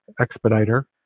expediter